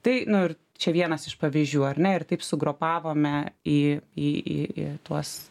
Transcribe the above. tai nu ir čia vienas iš pavyzdžių ar ne ir taip sugrupavome į į į į tuos